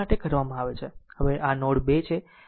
આમ આ નોડ 2 છે પણ કે KCL લાગુ પડે છે